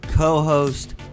co-host